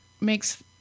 makes